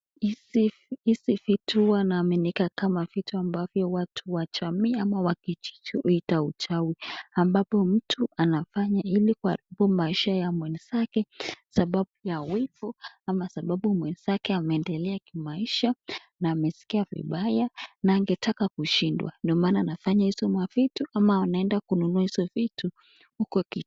Hizi vitu huwa naaminika kama vitu ambavyo watu wa jamii ama wa kijiji huita uchawi, ambapo mtu anafanya ili kuharibu maisha ya mwenzake sababu ya wivu ama sababu mwenzake ameendelea kimaisha na ameskia vibaya na angetaka kushindwa ndo mana anafanya hizo mavitu ama anaenda kununua hizo vitu huko ki...